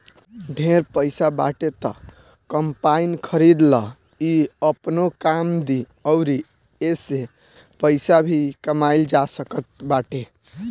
ढेर पईसा बाटे त कम्पाईन खरीद लअ इ आपनो काम दी अउरी एसे पईसा भी कमाइल जा सकत बाटे